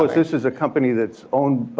ah this is a company that's own,